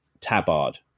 Tabard